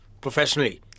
Professionally